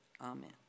Amen